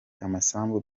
amasambu